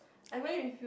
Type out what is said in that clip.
I mean